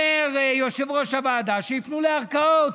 אומר יושב-ראש הוועדה: שיפנו לערכאות.